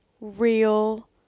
real